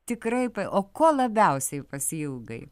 tikrai tai o ko labiausiai pasiilgai